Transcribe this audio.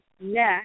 neck